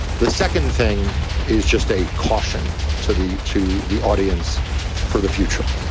the second thing is just a caution to the to the audience for the future.